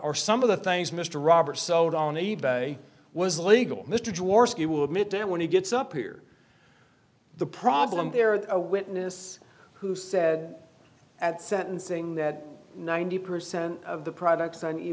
our some of the things mr roberts sold on e bay was legal mr jaworski will admit that when he gets up here the problem there a witness who said at sentencing that ninety percent of the products on e